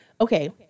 Okay